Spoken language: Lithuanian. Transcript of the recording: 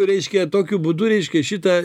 reišia tokiu būdu reiškia šitą